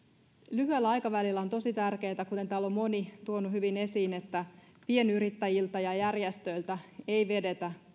lyhyellä aikavälillä on tosi tärkeätä kuten täällä on moni tuonut hyvin esiin että pienyrittäjiltä ja järjestöiltä ei vedetä